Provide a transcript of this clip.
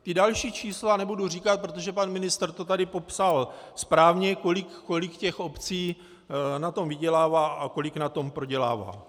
Ta další čísla nebudu říkat, protože pan ministr to tady popsal správně, kolik těch obcí na tom vydělává a kolik na tom prodělává.